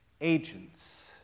agents